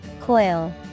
Coil